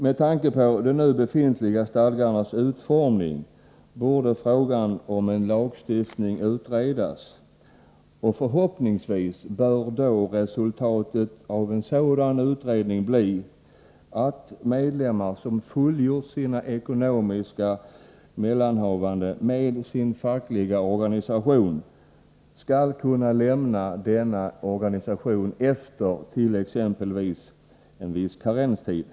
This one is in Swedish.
Med tanke på de nu befintliga stadgarnas utformning borde frågan om en lagstiftning utredas, och förhoppningsvis bör då resultatet av en sådan utredning bli, att medlemmar som fullgjort sina ekonomiska mellanhavanden med sin fackliga organisation skall kunna lämna denna organisation efter t.ex. en viss karenstid.